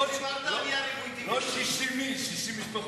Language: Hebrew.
לא 60 איש, 60 משפחות.